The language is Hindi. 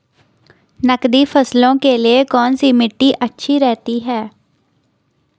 नकदी फसलों के लिए कौन सी मिट्टी अच्छी रहती है?